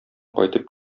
кайтып